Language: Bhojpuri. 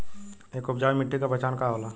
एक उपजाऊ मिट्टी के पहचान का होला?